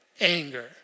Anger